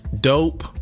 Dope